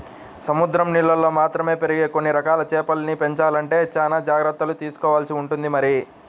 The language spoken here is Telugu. సముద్రం నీళ్ళల్లో మాత్రమే పెరిగే కొన్ని రకాల చేపల్ని పెంచాలంటే చానా జాగర్తలు తీసుకోవాల్సి ఉంటుంది మరి